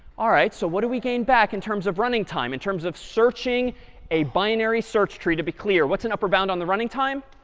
all right, so what do we gain back in terms of running time, in terms of searching a binary search tree. to be clear, what's an upper bound on the running time?